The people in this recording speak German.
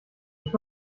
ich